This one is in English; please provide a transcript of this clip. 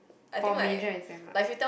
for major exam ah